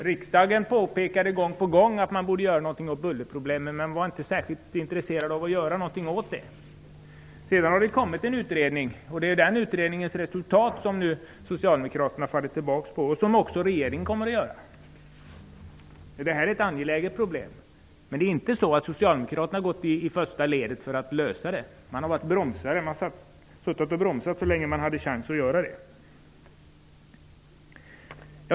Riksdagen påpekade gång på gång att man borde göra någonting åt bullerproblemen, men regeringen var inte särskilt intresserad av att göra något. Sedan har det kommit en utredning, och det är den utredningens resultat som Socialdemokraterna nu faller tillbaka på, vilket också regeringen kommer att göra. Bullret är ett angeläget problem, men Socialdemokraterna har inte gått i första ledet för att lösa det. De satt och bromsade så länge de hade chans att göra det.